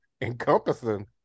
encompassing